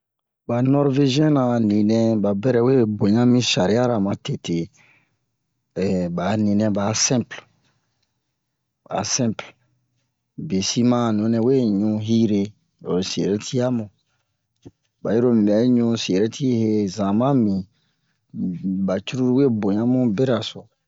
Ba Norveziyɛn na a ninɛ ba bɛrɛ we boɲa mi shari'ara ma tete ba'a ninɛ ba'a sɛnple ba'a sɛnple bwesi ma a nunɛ we ɲu hire oro si'erɛti yamu ba yiro mi bɛ ɲu si'ɛrɛti he zama mi ba curulu we boɲa mu beraso